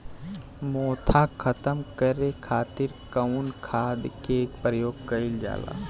मोथा खत्म करे खातीर कउन खाद के प्रयोग कइल जाला?